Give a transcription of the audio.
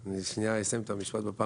אני אסיים את המשפט.